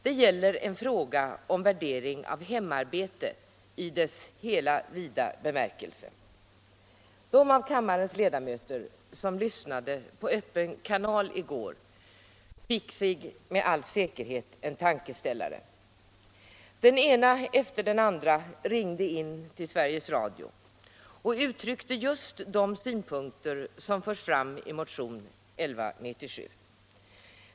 Den gäller hela frågan om värdering av hemarbete i dess vida bemärkelse. De av kammarens ledamöter som lyssnade på Öppen kanal i går fick sig med all säkerhet en tankeställare. Den ena kvinnan efter den andra ringde in till Sveriges Radio och uttryckte just de synpunkter som förs fram i motion 1197.